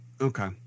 Okay